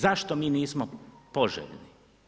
Zašto mi nismo poželjni?